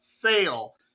fail